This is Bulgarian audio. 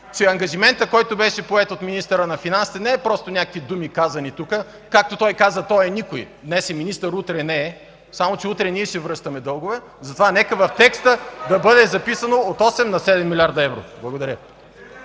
че ангажиментът, който беше поет от министъра на финансите не е просто някакви думи, казани тук. Както той каза: той е никой – днес е министър, утре не е, само че утре ние ще връщаме дългове. Затова нека в текста да бъде записано – от 8, на 7 млрд. евро. Благодаря.